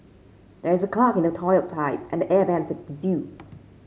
there is a clog in the toilet pipe and the air vents at zoo